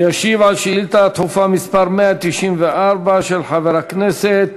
שישיב על שאילתה דחופה מס' 194 של חבר הכנסת